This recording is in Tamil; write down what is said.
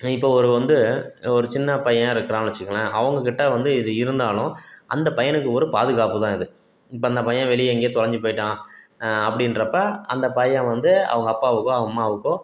இப்போ ஒரு வந்து ஒரு சின்ன பையன் இருக்கிறான்னு வச்சுக்கோங்களேன் அவங்க கிட்ட வந்து இது இருந்தாலும் அந்த பையனுக்கு ஒரு பாதுகாப்பு தான் இது இப்போ அந்த பையன் வெளியே எங்கேயோ தொலைஞ்சு போயிட்டான் அப்படின்றப்ப அந்த பையன் வந்து அவங்க அப்பாவுக்கோ அவங்க அம்மாவுக்கோ